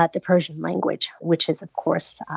ah the persian language, which is, of course,